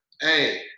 hey